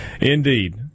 Indeed